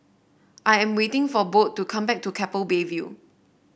I am waiting for Bode to come back from Keppel Bay View